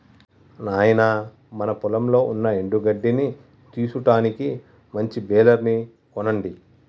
నాయినా మన పొలంలో ఉన్న ఎండు గడ్డిని తీసుటానికి మంచి బెలర్ ని కొనండి